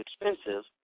expensive